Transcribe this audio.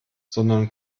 sondern